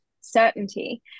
certainty